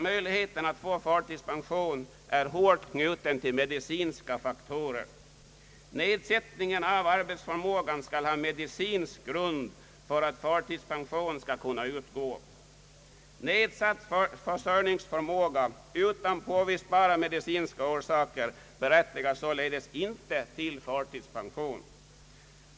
Möjligheterna att få förtidspension är dock hårt knutna till medicinska faktorer. Nedsättningen av arbetsförmågan skall ha medicinsk grund för att förtidspension skall kunna utgå. Nedsatt försörjningsförmåga utan påvisbara medicinska orsaker berättigar således inte till förtidspension.